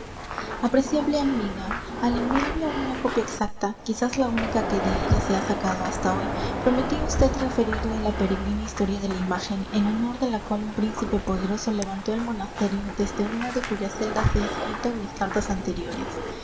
apreciable amiga al enviarle una copia exacta quizás la única que de ella se ha sacado hasta hoy prometí á usted referirle la peregrina historia de la imagen en honor de la cual un príncipe poderoso levantó el monasterio desde una de cuyas celdas he escrito mis cartas anteriores